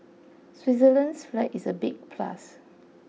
Switzerland's flag is a big plus